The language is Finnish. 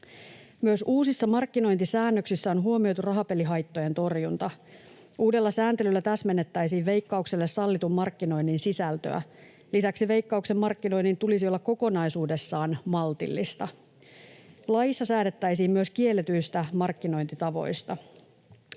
Myös uusissa markkinointisäännöksissä on huomioitu rahapelihaittojen torjunta. Uudella sääntelyllä täsmennettäisiin Veikkaukselle sallitun markkinoinnin sisältöä. Lisäksi Veikkauksen markkinoinnin tulisi olla kokonaisuudessaan maltillista. Laissa säädettäisiin myös kielletyistä markkinointitavoista.